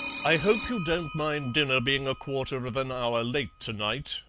i hope you don't mind dinner being a quarter of an hour late to-night,